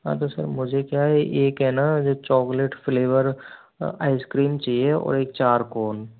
हाँ तो सर मुझे क्या है एक है ना जो चॉकलेट फ़्लेवर आइसक्रीम चाहिए और एक चारकोन